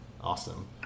awesome